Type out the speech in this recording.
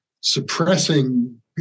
suppressing